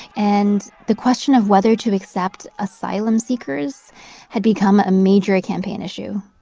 and the question of whether to accept asylum-seekers had become a major campaign issue.